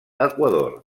equador